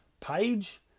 page